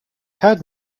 had